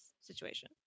situation